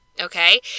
Okay